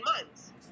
months